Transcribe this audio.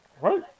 Right